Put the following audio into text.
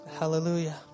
Hallelujah